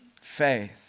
faith